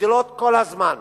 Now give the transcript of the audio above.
גדלות כל הזמן.